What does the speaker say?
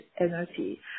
energy